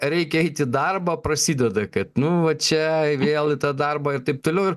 reikia eiti į darbą prasideda kad nu va čia vėl į tą darbą ir taip toliau ir